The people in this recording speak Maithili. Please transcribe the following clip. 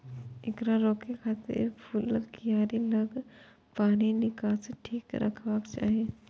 एकरा रोकै खातिर फूलक कियारी लग पानिक निकासी ठीक रखबाक चाही